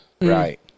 Right